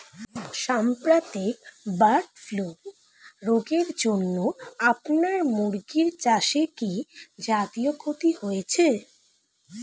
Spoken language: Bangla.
সাম্প্রতিক বার্ড ফ্লু রোগের জন্য আপনার মুরগি চাষে কি জাতীয় ক্ষতি হয়েছে?